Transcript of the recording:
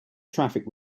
traffic